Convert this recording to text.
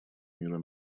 мира